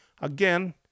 again